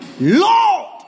Lord